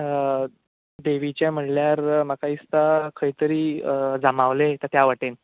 देवीचें म्हळ्ळ्यार म्हाका दिसता खंय तरी जामावले त त्या वाटेन